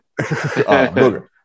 Booger